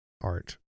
art